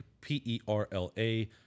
p-e-r-l-a